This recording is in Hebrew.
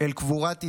לקבורת ישראל,